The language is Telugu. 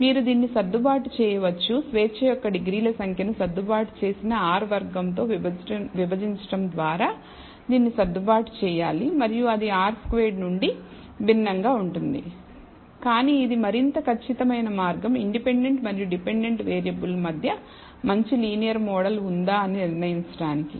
మీరు దీన్ని సర్దుబాటు చేయవచ్చు స్వేచ్ఛ యొక్క డిగ్రీల సంఖ్యను సర్దుబాటు చేసిన R వర్గం తో విభజించడం ద్వారా దీన్ని సర్దుబాటు చేయాలి మరియు అది R స్క్వేర్డ్ నుండి భిన్నంగా ఉంటుంది కానీ ఇది మరింత ఖచ్చితమైన మార్గం ఇండిపెండెంట్ మరియు డిపెండెంట్ వేరియబుల్ మధ్య మంచి లీనియర్ మోడల్ ఉందా అని నిర్ణయించడానికి